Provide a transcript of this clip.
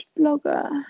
blogger